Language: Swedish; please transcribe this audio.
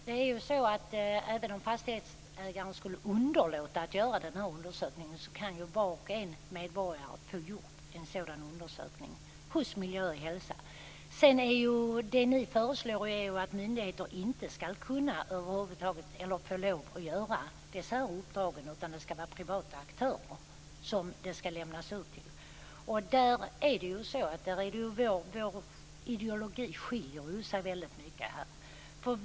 Fru talman! Även om fastighetsägaren skulle underlåta att göra en sådan undersökning kan ju varje medborgare få den gjord hos miljö och hälsoskyddsnämnden. Det ni föreslår är att myndigheter över huvud taget inte skall få lov att utföra dessa uppdrag, utan de skall lämnas ut till privata aktörer. Vår ideologi skiljer sig åt på den punkten.